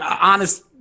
honest